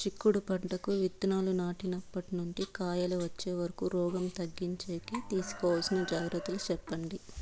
చిక్కుడు పంటకు విత్తనాలు నాటినప్పటి నుండి కాయలు వచ్చే వరకు రోగం తగ్గించేకి తీసుకోవాల్సిన జాగ్రత్తలు చెప్పండి?